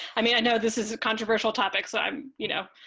i mean, i know this is a controversial topic. so i'm you know